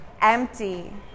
Empty